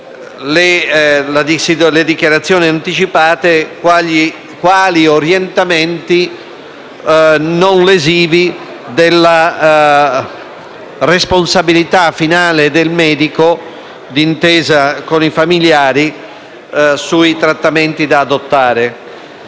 le dichiarazioni anticipate quali orientamenti non lesivi della responsabilità finale del medico, d'intesa con i famigliari, sui trattamenti da adottare.